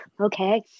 Okay